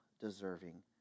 deserving